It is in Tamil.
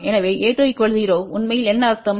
எனவேa1 0 உண்மையில்என்னஅர்த்தம்